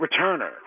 returner